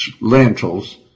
lentils